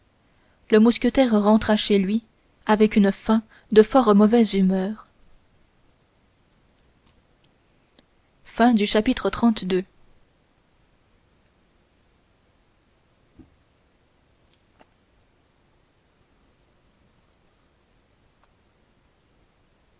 le mousquetaire rentra chez lui avec une faim de fort mauvaise humeur chapitre